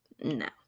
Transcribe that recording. No